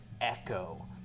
echo